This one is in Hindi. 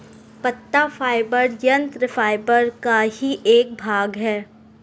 पत्ता फाइबर संयंत्र फाइबर का ही एक भाग है